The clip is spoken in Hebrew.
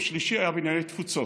או שלישי, היה בענייני תפוצות.